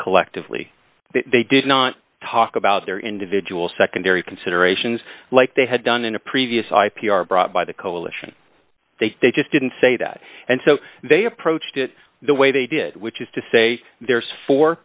collectively they did not talk about their individual secondary considerations like they had done in a previous i p r brought by the coalition they just didn't say that and so they approached it the way they did which is to say there's four